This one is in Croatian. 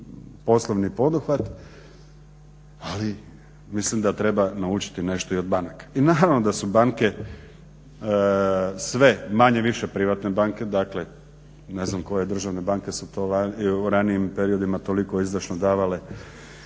poslovni poduhvat ali mislim da treba naučiti nešto i od banaka. I naravno da su banke sve manje-više privatne banke dakle ne znam koje državne banke su to u ranijim periodima toliko izdašno davale